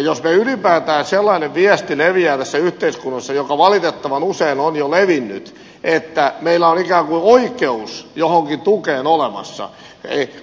jos ylipäätään sellainen viesti leviää tässä yhteiskunnassa joka valitettavan usein on jo levinnyt että meillä on ikään kuin oikeus johonkin tukeen olemassa